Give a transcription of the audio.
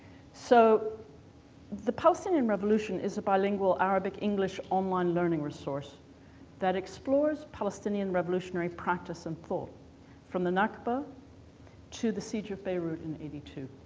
so the palestinian revolution is a bilingual arabic english online learning resource that explores palestinian revolutionary practice and thought from the nakba to the siege of beirut in eighty two.